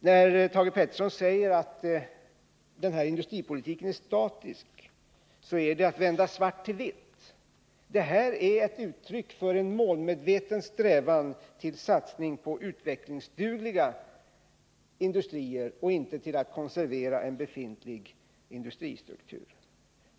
När Thage Peterson säger att denna industripolitik är statisk vänder han svart till vitt. Regeringens förslag är ett uttryck för en målmedveten strävan till en satsning på utvecklingsdugliga industrier och inte till att konservera en befintlig industristruktur.